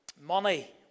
Money